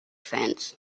fence